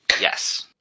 Yes